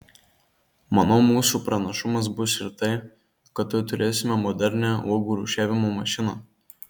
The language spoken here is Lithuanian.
manau mūsų pranašumas bus ir tai kad tuoj turėsime modernią uogų rūšiavimo mašiną